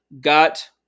got